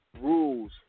Rules